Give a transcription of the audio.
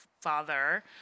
father